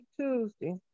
Tuesday